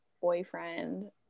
boyfriend